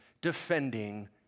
defending